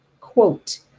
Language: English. quote